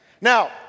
Now